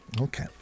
Okay